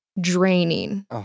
draining